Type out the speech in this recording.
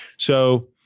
so